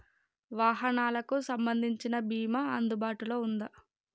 వాహనాలకు సంబంధించిన బీమా అందుబాటులో ఉందా?